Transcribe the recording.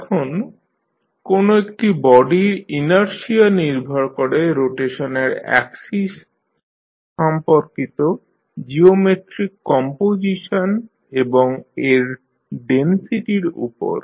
এখন কোন একটি বডির ইনারশিয়া নির্ভর করে রোটেশনের অ্যাক্সিস সম্পর্কিত জিওমেট্রিক কম্পোজিশন এবং এর ডেনসিটির উপর